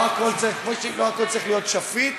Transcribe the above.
כמו שלא הכול צריך להיות שפיט,